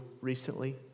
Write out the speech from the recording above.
recently